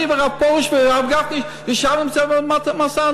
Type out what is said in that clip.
אני והרב פרוש והרב גפני ישבנו בצוות המשא-ומתן.